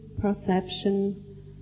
perception